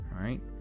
right